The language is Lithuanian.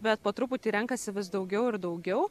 bet po truputį renkasi vis daugiau ir daugiau